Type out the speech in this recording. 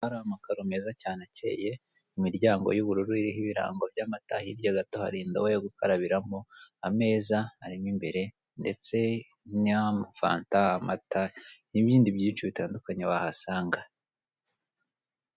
ahari amakaro meza cyane akeye, imiryango y'ubururu iriho ibirango by'amata, hirya gato harire indobo yo gukarabiramo, ameza arimo imbere ndetse n'amafanta, amata n'ibindi byinshi bitandukanye wahasanga.